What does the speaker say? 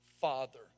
Father